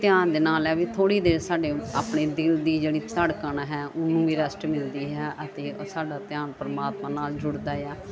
ਧਿਆਨ ਦੇ ਨਾਲ ਹੈ ਵੀ ਥੋੜ੍ਹੀ ਦੇਰ ਸਾਡੇ ਆਪਣੇ ਦਿਲ ਦੀ ਜਾਨੀ ਧੜਕਣ ਹੈ ਉਹਨੂੰ ਵੀ ਰੈਸਟ ਮਿਲਦੀ ਹੈ ਅਤੇ ਸਾਡਾ ਧਿਆਨ ਪਰਮਾਤਮਾ ਨਾਲ ਜੁੜਦਾ ਆ